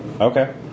Okay